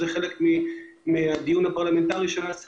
זה הרי חלק מהדיון הפרלמנטרי שנעשה